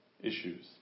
issues